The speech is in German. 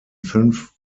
fünf